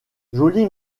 jolie